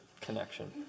connection